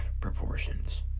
proportions